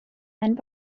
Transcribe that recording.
and